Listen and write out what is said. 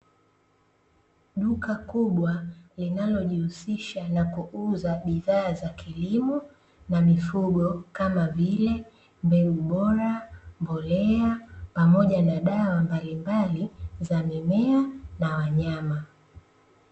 Duka kubwa linalo jihusisha na kuuza bidhaa za kilimo na mifugo kama vile, mbegu bora, mbolea pamoja na dawa mbalimbali za mimea na wanyama.